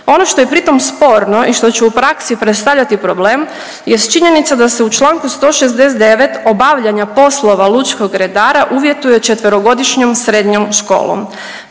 Ono što je pritom sporno i što će u praksi predstavljati problem jest činjenica da se u čl. 169. obavljanja poslova lučkog redara uvjetuje 4-godišnjom srednjom školom.